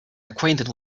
acquainted